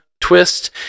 twist